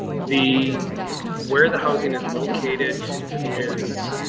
the where the housing is located is.